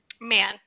Man